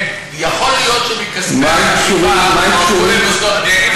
יכול להיות שמכספי החטיבה הועברו למוסדות,